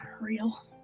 Real